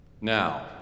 Now